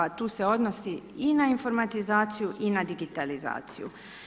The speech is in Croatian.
Tu se odnosi i na informatizaciju i na digitalizaciju.